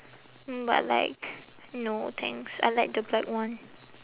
mm but like no thanks I like the black one